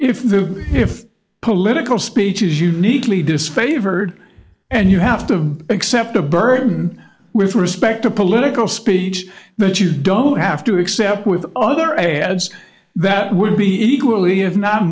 if the if political speech is uniquely disfavored and you have to accept the burden with respect to political speech that you don't have to accept with other ads that would be equally if not